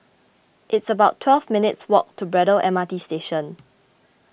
it's about twelve minutes' walk to Braddell M R T Station